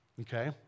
okay